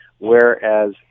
Whereas